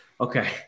Okay